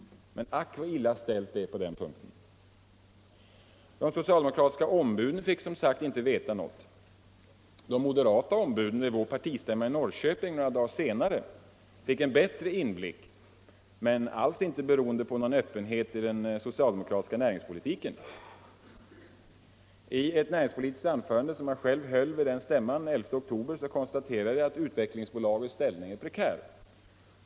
Men ack vad illa ställt det är på den punkten! De socialdemokratiska ombuden fick som sagt inte veta något. De moderata ombuden vid vår partistämma i Norrköping några dagar senare fick en något bättre inblick men alls inte beroende på någon öppenhet i den socialdemokratiska näringspolitiken. I ett näringspolitiskt anförande som jag höll vid stämman den 11 oktober konstaterade jag att Utvecklingsbolagets ställning var prekär.